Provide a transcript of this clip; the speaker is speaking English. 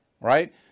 right